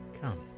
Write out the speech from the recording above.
Come